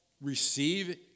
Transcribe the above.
receive